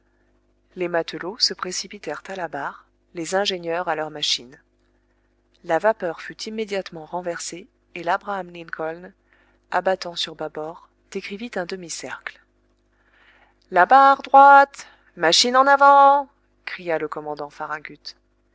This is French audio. les matelots se précipitèrent à la barre les ingénieurs à leur machine la vapeur fut immédiatement renversée et labraham lincoln abattant sur bâbord décrivit un demi-cercle la barre droite machine en avant cria le commandant farragut